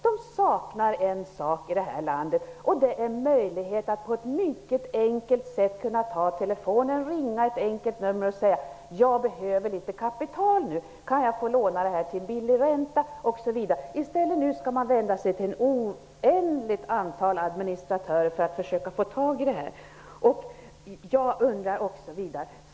De saknar en sak i det här landet, och det är möjligheten att på ett enkelt sätt ta telefonen, ringa ett nummer och säga: Jag behöver litet kapital nu, kan jag få låna till billig ränta? I stället skall man nu vända sig till ett oändligt antal administratörer för att försöka få tag i detta.